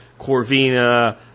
corvina